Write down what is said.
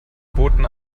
boten